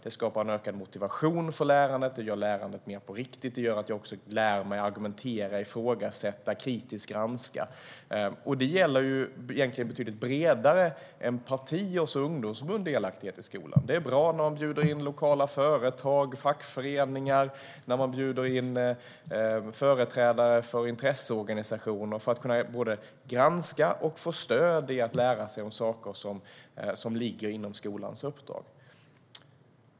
Det skapar verkligen motivation för lärandet och gör att det blir mer på riktigt. Det gör också att man också lär sig argumentera, ifrågasätta och kritiskt granska. Det är bredare än politiska partiers ungdomsförbunds delaktighet i skolan. Det är bra om man bjuder in lokala företag, fackföreningar och företrädare för intresseorganisationer för att granska och få lära sig saker som ligger inom skolans uppdrag.